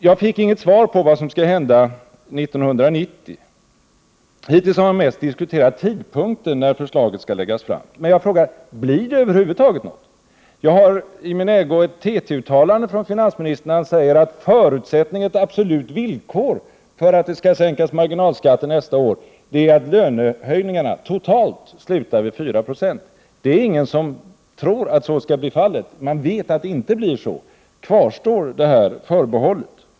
Jag fick inget svar på frågan om vad som skall hända 1990. Hittills har man mest diskuterat vid vilken tidpunkt förslaget skall läggas fram. Men jag frågar: Blir det över huvud taget något förslag? Jag har i min ägo ett TT-uttalande av finansministern där han säger att ett absolut villkor för att det skall sänkas marginalskatter nästa år är att lönehöjningarna totalt slutar vid 4 70. Det är ingen som tror att så skall bli fallet. Man vet att det inte blir så. Kvarstår detta förbehåll?